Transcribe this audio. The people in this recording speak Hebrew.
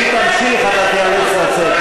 אם תמשיך, אתה תיאלץ לצאת.